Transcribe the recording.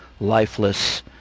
lifeless